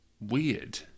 weird